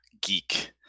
geek